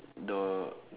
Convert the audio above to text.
the